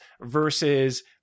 versus